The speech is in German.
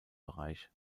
bereich